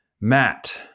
Matt